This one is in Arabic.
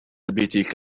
بتلك